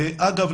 אגב,